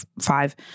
five